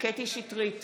קטי קטרין שטרית,